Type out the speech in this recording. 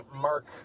mark